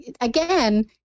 again